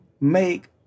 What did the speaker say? make